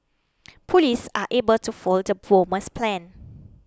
police are able to foil the bomber's plans